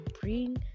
bring